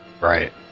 Right